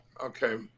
Okay